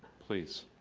please.